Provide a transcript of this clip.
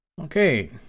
Okay